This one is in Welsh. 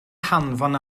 hanfon